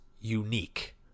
unique